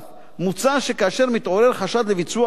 מוצע שכאשר מתעורר חשד לביצוע עבירה,